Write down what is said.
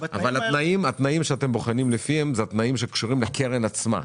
אבל התנאים שאתם בוחנים לפיהם הם תנאים שקשורים לקרן עצמה.